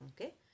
Okay